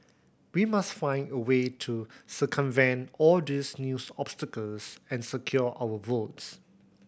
we must find a way to circumvent all these news obstacles and secure our votes